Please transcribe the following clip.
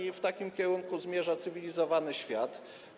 I w takim kierunku zmierza cywilizowany świat.